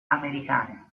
americane